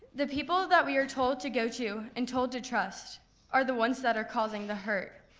the people that we are told to go to and told to trust are the ones that are causing the hurt.